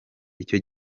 icyo